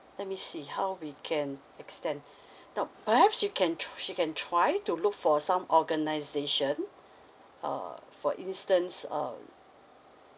let me see how we can extend now perhaps you can tr~ she can try to look for some organisation uh for instance um